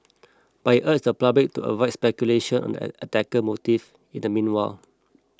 but he urged the public to avoid speculation on the attacker motive in the meanwhile